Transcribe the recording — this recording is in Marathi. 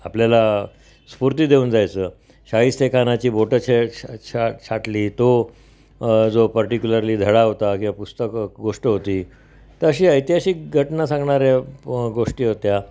आपल्याला स्फूर्ती देऊन जायचं शाहिस्तेखानाची बोटं छ छ छा छाटली तो जो पर्टिक्युलरली धडा होता किंवा पुस्तकं गोष्ट होती तर अशी ऐतिहासिक घटना सांगणाऱ्या गोष्टी होत्या